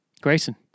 Grayson